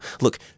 Look